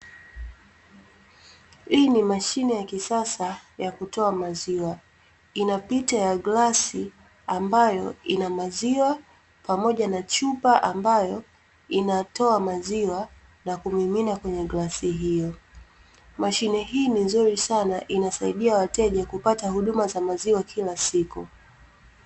Hii ni mashine ya kisasa ya kutoa maziwa, inapicha ya glasi ambayo ina maziwa, pamoja na chupa ambayo inatoa maziwa na kumimina kwenye glasi hiyo. Mashine hii ni nzuri sana, inasaidia wateja kupata huduma za maziwa kila siku.